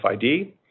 FID